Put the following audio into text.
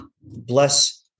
bless